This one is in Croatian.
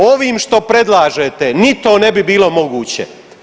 Ovim što predlažete ni to ne bi bilo moguće.